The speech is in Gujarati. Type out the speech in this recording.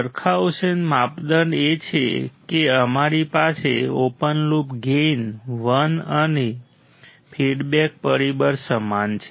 બરખાઉસેન માપદંડ એ છે કે અમારી પાસે ઓપન લૂપ ગેઇન 1 અને ફીડબેક પરિબળ સમાન છે